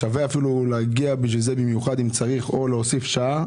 שווה להגיע לכאן במיוחד אם צריך או להוסיף שעה,